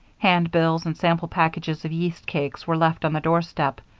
handbills and sample packages of yeast cakes were left on the doorstep,